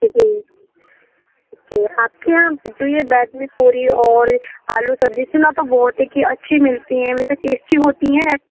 جی okay آپ کے یہاں جو یہ بیڈ میں پوری اور آلو سبزی سُنا تو بہت ہے کہ اچھی ملتی ہیں ویسے ٹیسٹی ہوتی ہیں